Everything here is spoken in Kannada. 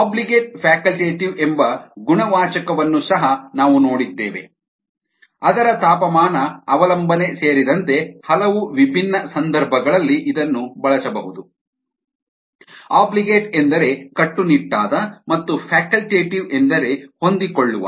ಆಬ್ಲಿಗೇಟ್ ಫ್ಯಾಕಲ್ಟೇಟಿವ್ ಎಂಬ ಗುಣವಾಚಕವನ್ನು ಸಹ ನಾವು ನೋಡಿದ್ದೇವೆ ಅದರ ತಾಪಮಾನ ಅವಲಂಬನೆ ಸೇರಿದಂತೆ ಹಲವು ವಿಭಿನ್ನ ಸಂದರ್ಭಗಳಲ್ಲಿ ಇದನ್ನು ಬಳಸಬಹುದು ಆಬ್ಲಿಗೇಟ್ ಎಂದರೆ ಕಟ್ಟುನಿಟ್ಟಾದ ಮತ್ತು ಫ್ಯಾಕಲ್ಟೇಟಿವ್ ಎಂದರೆ ಹೊಂದಿಕೊಳ್ಳುವ